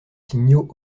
signaux